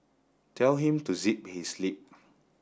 tell him to zip his lip